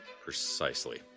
Precisely